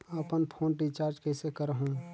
अपन phone recharge कइसे करहु?